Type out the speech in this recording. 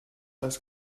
das